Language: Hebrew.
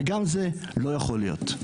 וגם זה לא יכול להיות.